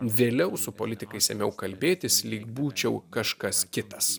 vėliau su politikais ėmiau kalbėtis lyg būčiau kažkas kitas